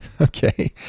Okay